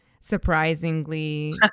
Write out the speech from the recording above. surprisingly